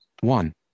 One